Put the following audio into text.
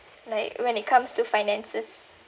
like when it comes to finances